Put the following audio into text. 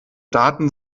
daten